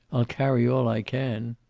i'll carry all i can.